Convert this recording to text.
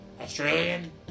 Australian